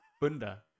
Bunda